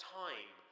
time